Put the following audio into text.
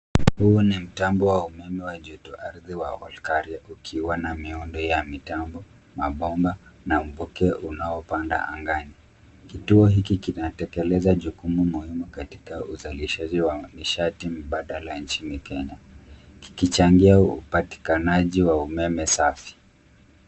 Huu ni mtambo wa umeme wa jotoardhi wa Olkaria ukiwa na miundo ya mitambo, mabomba na mvuke unaopanda angani. Kituo hiki kinatekeleza jukumu muhimu katika uzalishaji wa nishati mbadala nchini Kenya, kikichangia upatikanaji wa umeme safi.